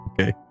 Okay